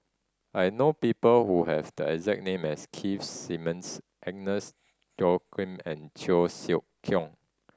I know people who have the exact name as Keith Simmons Agnes Joaquim and Cheo Siew Keong